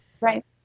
Right